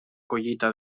collita